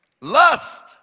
Lust